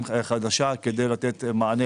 כבוד היושב-ראש,